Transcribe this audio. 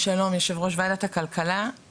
"פטור מתור", השוואת מחירים לאזרחים ותיקים